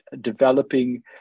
developing